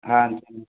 ஆ